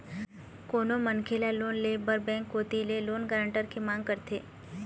कोनो मनखे ल लोन ले बर बेंक कोती ले लोन गारंटर के मांग करथे